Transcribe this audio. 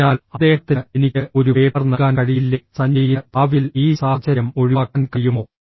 അതിനാൽ അദ്ദേഹത്തിന് എനിക്ക് ഒരു പേപ്പർ നൽകാൻ കഴിയില്ലേ സഞ്ജയിന് ഭാവിയിൽ ഈ സാഹചര്യം ഒഴിവാക്കാൻ കഴിയുമോ